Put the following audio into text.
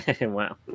wow